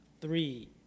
three